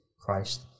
Christ